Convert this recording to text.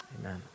Amen